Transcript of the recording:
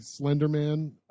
Slenderman